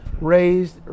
raised